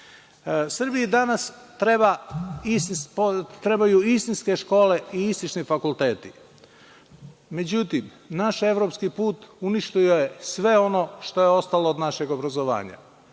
zveči. Srbiji danas trebaju istinske škole i istinski fakulteti. Međutim, naš evropski put uništio je sve ono što je ostalo od našeg obrazovanja.